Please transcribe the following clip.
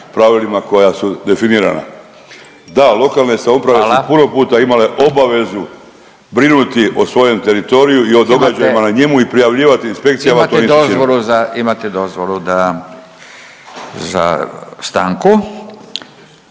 pravilima koja su definirana. Da, lokalne samouprave…/Upadica Radin: Hvala/…su puno puta imale obavezu brinuti o svojem teritoriju i o događajima na njemu i prijavljivati inspekcijama…/Govornik se ne